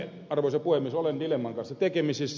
arvoisa puhemies olen dilemman kanssa tekemisissä